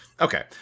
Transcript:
Okay